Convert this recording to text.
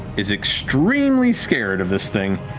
is extremely scared of this thing.